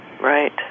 Right